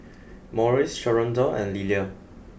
Maurice Sharonda and Lillia